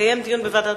התקיים אתמול.